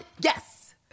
Yes